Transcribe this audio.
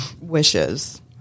wishes